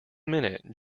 minute